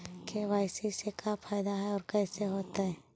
KYC से का फायदा है और कैसे होतै?